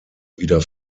wieder